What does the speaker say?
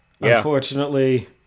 unfortunately